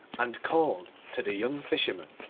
and called to the young fisherman,